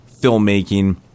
filmmaking